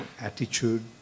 attitude